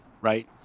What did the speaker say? right